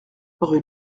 rue